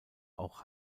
auch